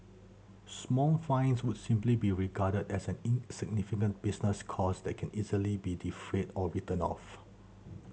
small fines would simply be regarded as an insignificant business cost that can easily be defrayed or written off